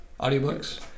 Audiobooks